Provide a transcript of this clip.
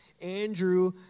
Andrew